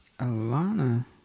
Alana